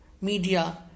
media